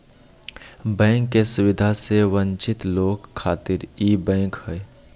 bank के सुविधा से वंचित लोग खातिर ई बैंक हय